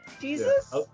Jesus